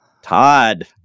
Todd